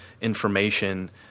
information